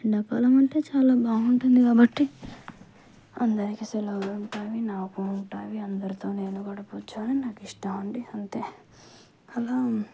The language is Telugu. ఎండాకాలం అంటే చాలా బాగా ఉంటుంది కాబట్టి అందరికీ సెలవులు ఉంటాయి నాకు ఉంటాయి అందరితో నేను కూడా కూర్చొని నాకు ఇష్టం అండి అంతే అలా